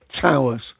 towers